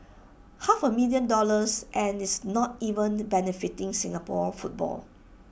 half A million dollars and it's not even benefiting Singapore football